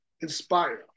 inspire